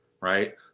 right